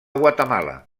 guatemala